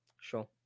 sure